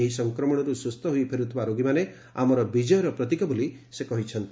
ଏହି ସଂକ୍ରମଣରୁ ସୁସ୍ଥ ହୋଇ ଫେରୁଥିବା ରୋଗୀମାନେ ଆମର ବିଜୟର ପ୍ରତୀକ ବୋଲି ସେ କହିଛନ୍ତି